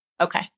Okay